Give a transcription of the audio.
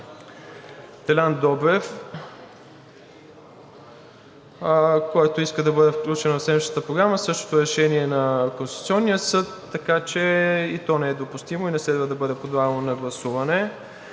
Делян Добрев, който иска да бъде включено в седмичната Програма същото решение на Конституционния съд, така че и то не е допустимо и не следва да бъде подлагано на гласуване.